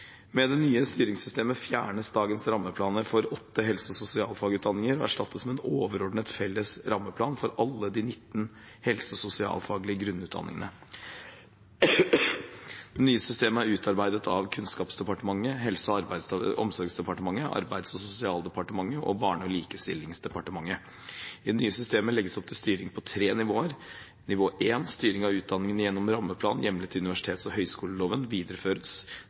Med det nye styringssystemet fjernes dagens rammeplaner for åtte helse- og sosialfagutdanninger og erstattes med en overordnet felles rammeplan for alle de 19 helse- og sosialfaglige grunnutdanningene. Det nye systemet er utarbeidet av Kunnskapsdepartementet, Helse- og omsorgsdepartementet, Arbeids- og sosialdepartementet og Barne- og likestillingsdepartementet. I det nye systemet legges det opp til styring på tre nivåer: Nivå 1: Styring av utdanningene gjennom rammeplaner hjemlet i universitets- og høyskoleloven videreføres.